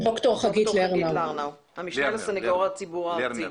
ד"ר חגית לרנאו, המשנה לסנגור הציבורי הארצי.